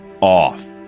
off